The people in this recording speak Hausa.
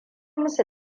musu